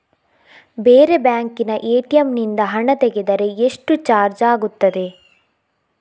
ಬೇರೆ ಬ್ಯಾಂಕಿನ ಎ.ಟಿ.ಎಂ ನಿಂದ ಹಣ ತೆಗೆದರೆ ಎಷ್ಟು ಚಾರ್ಜ್ ಆಗುತ್ತದೆ?